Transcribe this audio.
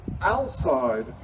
outside